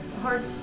hard